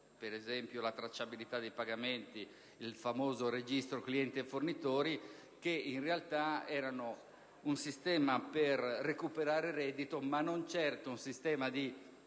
ad esempio, alla tracciabilità dei pagamenti, al famoso registro clienti e fornitori, che in realtà era un sistema per recuperare reddito, ma non certo un sistema di